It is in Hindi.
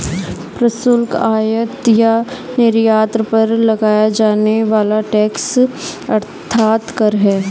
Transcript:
प्रशुल्क, आयात या निर्यात पर लगाया जाने वाला टैक्स अर्थात कर है